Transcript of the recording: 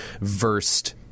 versed